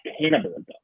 cannibalism